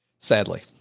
sadly,